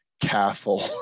careful